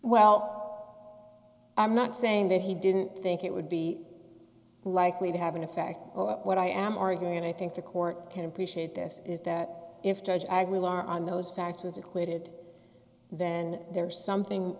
well i'm not saying that he didn't think it would be likely to have an effect what i am arguing and i think the court can appreciate this is that if judge aguilar on those facts was acquitted then there's something